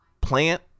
Plant